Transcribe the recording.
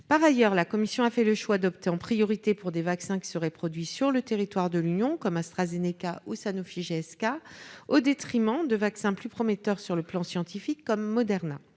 Par ailleurs, la Commission a fait le choix d'opter en priorité pour des vaccins qui seraient produits sur le territoire de l'Union, comme AstraZeneca ou Sanofi-GSK, au détriment de vaccins plus prometteurs sur le plan scientifique, comme Moderna.